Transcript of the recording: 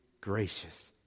gracious